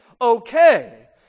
okay